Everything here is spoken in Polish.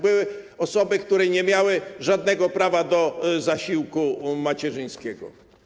Były osoby, które nie miały żadnego prawa do zasiłku macierzyńskiego.